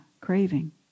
Craving